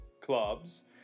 clubs